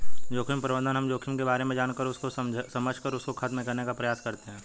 जोखिम प्रबंधन हम जोखिम के बारे में जानकर उसको समझकर उसको खत्म करने का प्रयास करते हैं